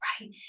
right